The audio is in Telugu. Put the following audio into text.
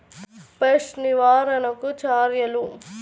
పెస్ట్ నివారణకు చర్యలు?